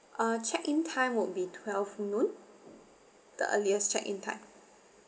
uh check in time would be twelve noon the earliest check in time